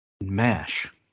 mash